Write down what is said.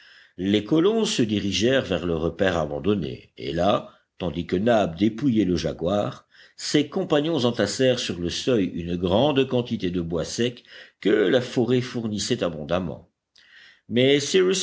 les colons se dirigèrent vers le repaire abandonné et là tandis que nab dépouillait le jaguar ses compagnons entassèrent sur le seuil une grande quantité de bois sec que la forêt fournissait abondamment mais